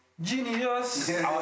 Genius